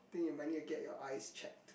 pin your money and get your eyes check